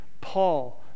Paul